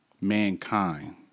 mankind